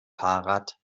fahrrad